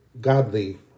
godly